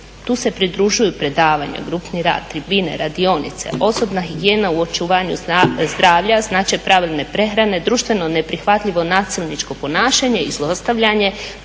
tu se pridružuju predavanja, grupni rad, tribine, radionice, osobna higijena u očuvanju zdravlja, značaj pravilne prehrane, društveno ne prihvatljivo nasilničko ponašanje i zlostavljanje,